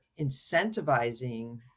incentivizing